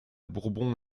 bourbon